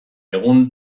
egun